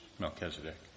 Melchizedek